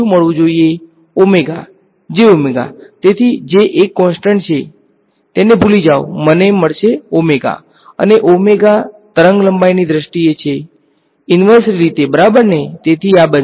j તેથી j એ constant છે જે તેને ભુલી જાઓ મને મળશે અને તરંગલંબાઇની દ્રષ્ટિએ ઈંવર્સ્લી રીતે છે બરાબરને તેથી આ બનશે